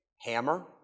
hammer